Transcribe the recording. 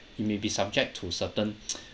you may be subject to certain